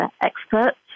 experts